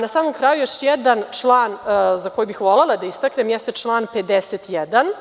Na samom kraju još jedan član koji bih volela da istaknem, jeste član 51.